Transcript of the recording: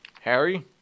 Harry